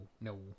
no